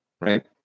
right